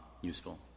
useful